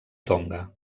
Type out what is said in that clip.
tonga